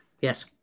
Yes